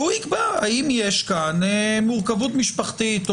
שהוא יקבע האם יש כאן מורכבות משפחתית או